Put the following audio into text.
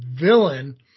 villain